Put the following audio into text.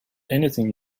anything